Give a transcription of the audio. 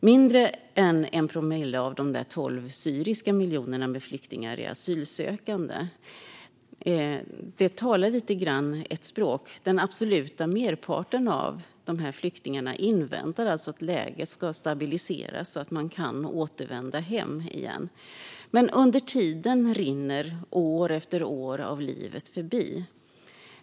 Mindre än 1 promille av de 12 miljoner syriska flyktingarna är asylsökande. Det säger något. Den absoluta merparten av dessa flyktingar inväntar alltså att läget ska stabiliseras så att de kan återvända hem igen. Men under tiden rinner år efter år av livet förbi.